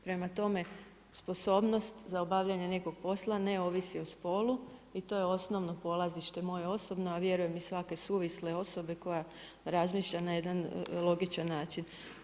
Prema tome, sposobnost za obavljanje nekog posla ne ovisi o spolu, i to je osnovno polazište moje osobno, a vjerujem i svake suvisle osobe koja razmišlja na jedan logičan način.